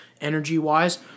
energy-wise